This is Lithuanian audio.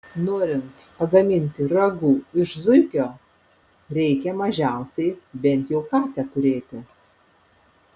norint pagaminti ragu iš zuikio reikia mažiausiai bent jau katę turėti